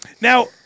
Now